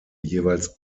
jeweils